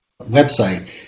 website